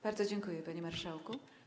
Bardzo dziękuję, panie marszałku.